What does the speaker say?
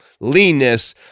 leanness